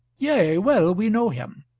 yea, well we know him.